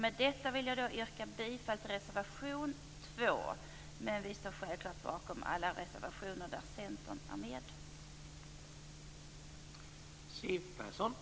Med det anförda yrkar jag bifall till reservation 2, men jag står självklart bakom alla reservationer där Centern finns med.